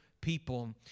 people